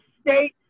state